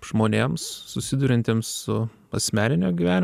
žmonėms susiduriantiems su asmeninio gyvenimo